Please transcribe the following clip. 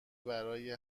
برای